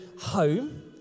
home